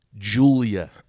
Julia